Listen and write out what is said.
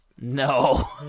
No